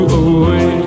away